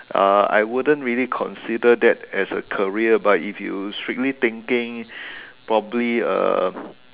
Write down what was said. uh I wouldn't really consider that as a career but if you strictly thinking probably uh